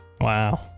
wow